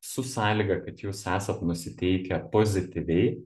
su sąlyga kad jūs esat nusiteikę pozityviai